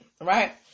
right